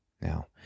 Now